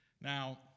Now